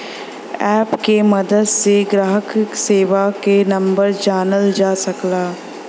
app के मदद से ग्राहक सेवा क नंबर जानल जा सकला